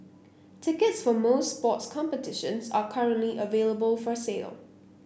tickets for most sports competitions are currently available for sale